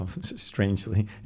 Strangely